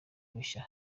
rushya